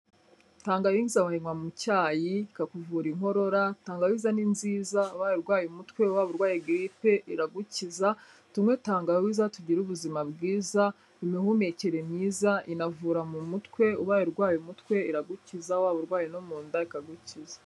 Tangawiza wayinywa mu cyayi ikakuvura inkorora, tangawiza ni nziza waba urwaye umutwe, waba urwaye giripe iragukiza; tunywe tangawiza tugire ubuzima bwiza, imihumekere myiza, inavura mu mutwe, ubaye urwaye umutwe iragukiza, waba urwayi no mu nda ikagukiza.